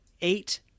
Eight